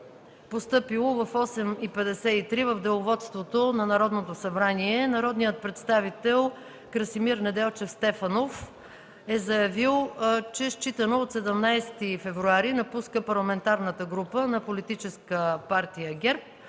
постъпило в 8,53 ч. в Деловодството на Народното събрание, народният представител Красимир Неделчев Стефанов е заявил, че считано от 17 февруари 2014 г. напуска Парламентарната група на Политическа партия ГЕРБ